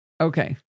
Okay